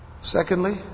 Secondly